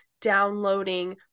downloading